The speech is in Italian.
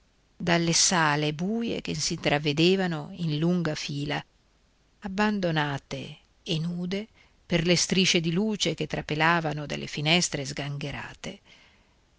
dalle sale buie che s'intravedevano in lunga fila abbandonate e nude per le strisce di luce che trapelavano dalle finestre sgangherate